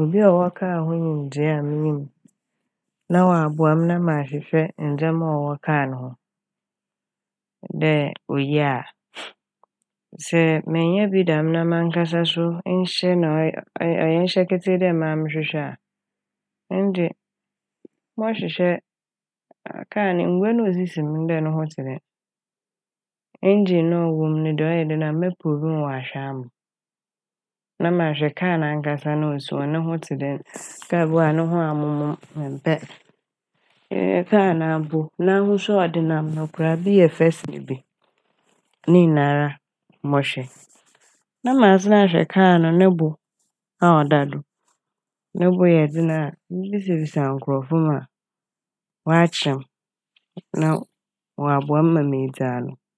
obi a ɔwɔ kar ho nyimdzee a minyim no na ɔaboa m' na mahwehwɛ ndzɛma ɔwɔ kar no ho dɛ oye a. Sɛ mennya bi dɛm na mankasa so nhyɛ na ɔy- ɔy- ɔyɛ nhyɛ ketsee dɛ mara mehwehwɛ a ɛne de mɔhwehwɛ kar no, ngua na osisi mu dɛ no ho tse dɛn, "engine" na ɔwɔ mu no de ɔyɛ dɛn a mɛpɛ obi ma ɔahwɛ ama m' na mahwɛ kar nankasa no a osi hɔ no no tse dɛn. Kar bi wɔ hɔ a no ho amomo memmpɛ, kar no mpo n'ahosu a ɔde nam koraa no bi yɛ fɛ sen bi, ne nyinara a mɔhwɛ na masan ahwɛ kar no bo a ɔda do, no bo yɛ dzen a mebisabisa nkorɔfo ma wɔakyerɛ m' na wɔaboa me na medzi ano.